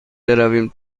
برویم